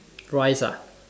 rice ah